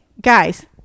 guys